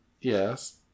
Yes